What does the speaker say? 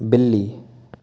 बिल्ली